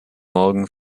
morgen